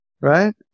Right